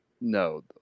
No